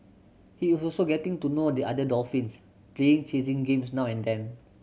he is also getting to know the other dolphins playing chasing games now and then